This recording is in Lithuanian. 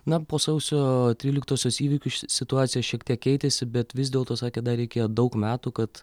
na po sausio tryliktosios įvykių situacija šiek tiek keitėsi bet vis dėlto sakė dar reikėjo daug metų kad